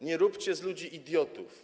Nie róbcie z ludzi idiotów.